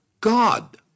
God